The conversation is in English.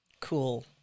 cool